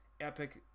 epic